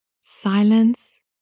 Silence